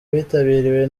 witabiriwe